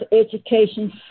education